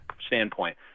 standpoint